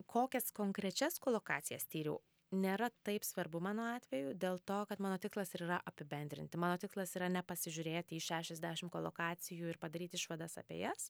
kokias konkrečias kolokacijas tyriau nėra taip svarbu mano atveju dėl to kad mano tikslas ir yra apibendrinti mano tikslas yra ne pasižiūrėti į šešiasdešim kolokacijų ir padaryti išvadas apie jas